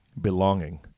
belonging